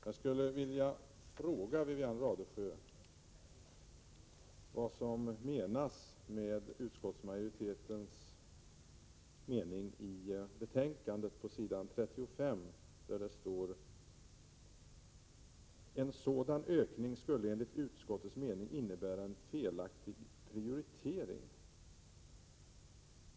Jag skulle vilja fråga vad som menas med utskottsmajoritetens skrivning i betänkandet på s. 35, där man kan läsa: ”En sådan ökning skulle enligt utskottets mening innebära en felaktig prioritering.